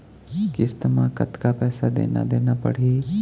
किस्त म कतका पैसा देना देना पड़ही?